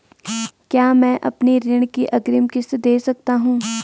क्या मैं अपनी ऋण की अग्रिम किश्त दें सकता हूँ?